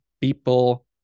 people